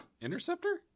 Interceptor